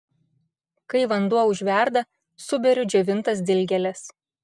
kai vanduo užverda suberiu džiovintas dilgėles